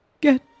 get